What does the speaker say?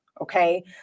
Okay